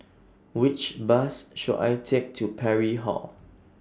Which Bus should I Take to Parry Hall